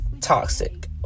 toxic